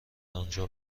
آنجا